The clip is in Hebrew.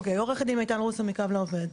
אוקי, עורכת דין מיטל רוסו מקו לעובד.